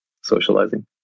socializing